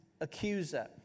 accuser